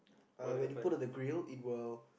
uh when you put on the grill it will